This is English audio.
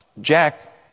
Jack